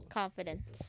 confidence